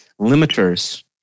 limiters